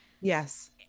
Yes